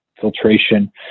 filtration